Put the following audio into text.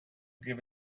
give